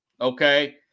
okay